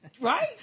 Right